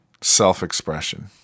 self-expression